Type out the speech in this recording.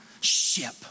ship